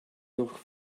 noch